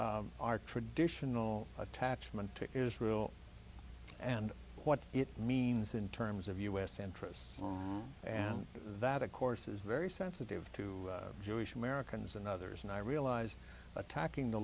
our traditional attachment to israel and what it means in terms of u s interests and that of course is very sensitive to jewish americans and others and i realized attacking the